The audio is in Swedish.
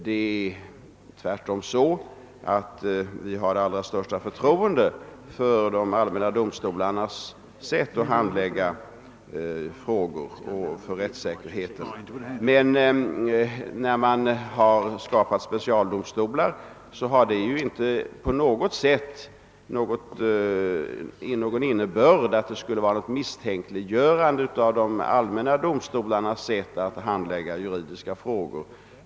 Det är tvärtom så att vi har det allra största förtroende för de allmänna domstolarnas sätt att handlägga juridiska frågor och slå vakt om rättssäkerheten. Och när man har skapat specialdomstolar har det absolut inte inneburit något misstänkliggörande av de allmänna domstolarnas sätt att handlägga juridiska frågor.